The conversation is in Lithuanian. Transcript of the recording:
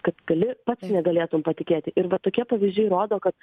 kad gali pats negalėtum patikėti ir va tokie pavyzdžiai rodo kad